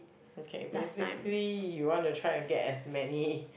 okay basically you want to try to get as many